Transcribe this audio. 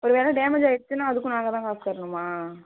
ஒரு வேளை டேமேஜ் ஆகிடுச்சுன்னா அதுக்கும் நாங்கள்தான் காசு தரணுமா